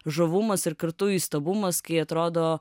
žavumas ir kartu įstabumas kai atrodo